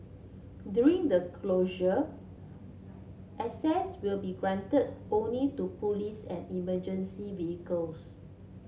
during the closure access will be granted only to police and emergency vehicles